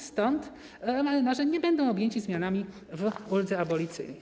Stąd marynarze nie będą objęci zmianami w uldze abolicyjnej.